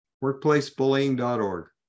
workplacebullying.org